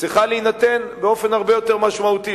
צריך להיות הרבה יותר משמעותי.